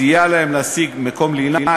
סייע להם להשיג מקום לינה,